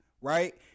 right